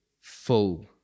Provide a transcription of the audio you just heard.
full